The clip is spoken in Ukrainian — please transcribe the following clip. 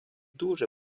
дуже